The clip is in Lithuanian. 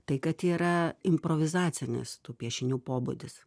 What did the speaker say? tai kad yra improvizacinis tų piešinių pobūdis